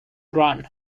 run